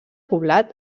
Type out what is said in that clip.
poblat